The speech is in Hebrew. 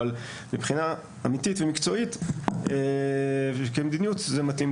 אבל מבחינה אמיתית ומקצועית כמדיניות זה מתאים